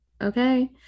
Okay